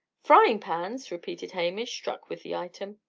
frying-pans! repeated hamish, struck with the item.